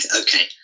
Okay